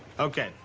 okay,